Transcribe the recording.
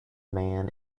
man